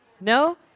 No